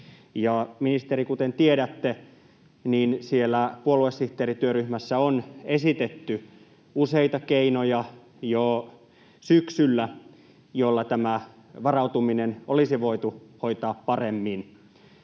ministeri, kuten tiedätte, niin siellä puoluesihteerityöryhmässä on esitetty jo syksyllä useita keinoja, joilla tämä varautuminen olisi voitu hoitaa paremmin.